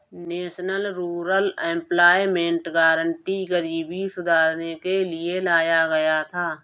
national rural employment guarantee गरीबी सुधारने के लिए लाया गया था